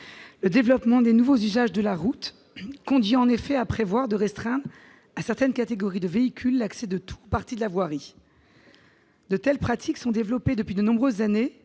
Le développement des nouveaux usages de la route conduit à prévoir la restriction à certaines catégories de véhicules de l'accès à tout ou partie de la voirie. De telles pratiques se sont développées depuis de nombreuses années